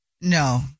No